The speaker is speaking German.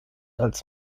als